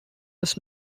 was